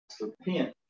repent